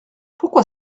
pourquoi